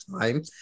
time